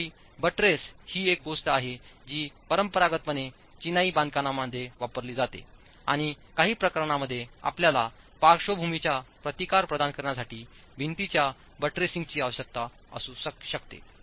तथापि बट्रेस ही एक गोष्ट आहे जी परंपरागतपणे चिनाई बांधकामांमध्ये वापरली जाते आणि काही प्रकरणांमध्ये आपल्याला पार्श्वभूमीच्या प्रतिकार प्रदान करण्यासाठी भिंतींच्या बट्रेसिंगची आवश्यकता असू शकते